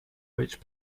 which